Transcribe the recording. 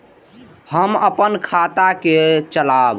हम अपन खाता के चलाब?